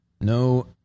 No